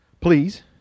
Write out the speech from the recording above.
please